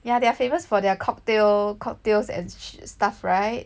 ya they are famous for their cocktail cocktails and shi~ stuff right